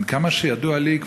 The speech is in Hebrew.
עד כמה שידוע לי,